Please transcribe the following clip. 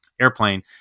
airplane